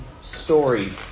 story